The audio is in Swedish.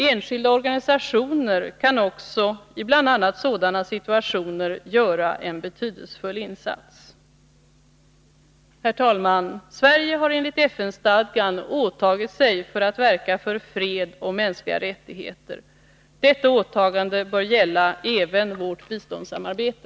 Enskilda organisationer kan också i bl.a. sådana situationer göra en betydelsefull insats. Herr talman! Sverige har enligt FN-stadgan åtagit sig att verka för fred och mänskliga rättigheter. Detta åtagande bör gälla även vårt biståndssamarbete.